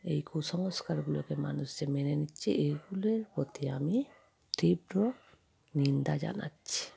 এই কুসংস্কারগুলোকে মানুষ যে মেনে নিচ্ছে এগুলোর প্রতি আমি তীব্র নিন্দা জানাচ্ছি